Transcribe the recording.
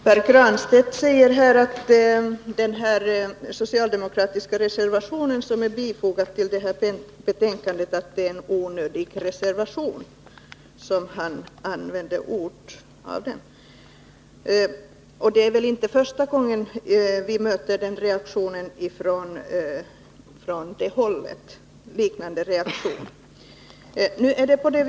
Herr talman! Pär Granstedt säger att den socialdemokratiska reservation som är fogad till betänkandet är en onödig reservation. Det är väl inte första gången vi möter en sådan reaktion från det hållet.